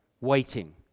waiting